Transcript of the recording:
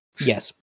Yes